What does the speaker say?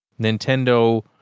Nintendo